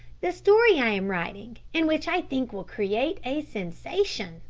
the story i am writing and which i think will create a sensation,